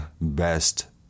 best